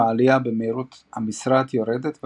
עם העלייה במהירות המשרעת יורדת,